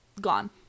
gone